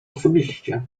osobiście